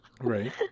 Right